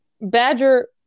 Badger